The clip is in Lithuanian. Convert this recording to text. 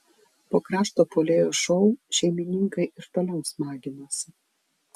po krašto puolėjo šou šeimininkai ir toliau smaginosi